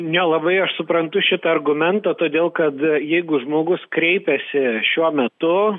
nelabai aš suprantu šitą argumentą todėl kad jeigu žmogus kreipiasi šiuo metu